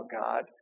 God